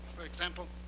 for example,